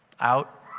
out